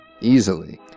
easily